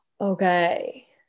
Okay